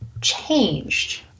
changed